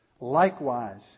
Likewise